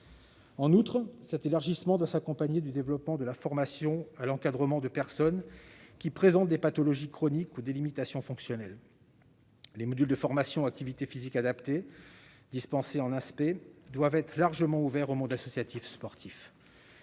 En outre, cet élargissement doit s'accompagner du développement de la formation à l'encadrement de personnes qui présentent des pathologies chroniques ou des limitations fonctionnelles. Les modules de formation Activité physique adaptée, dispensés au sein des instituts nationaux supérieurs du professorat et